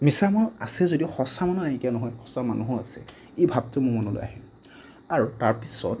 মিছা মানুহ আছে যদিও সঁচা মানুহ নাইকিয়া নহয় সঁচা মানুহো আছে এই ভাৱটো মোৰ মনত আহিল আৰু তাৰ পিছত